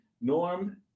Norm